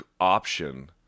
option